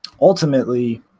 ultimately